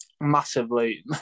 massively